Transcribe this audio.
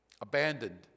abandoned